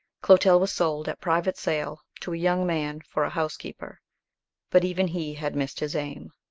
clotel was sold at private sale to a young man for a housekeeper but even he had missed his aim.